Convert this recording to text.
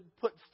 put